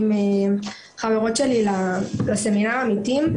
עם חברות שלי לסמינר עמיתים.